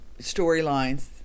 storylines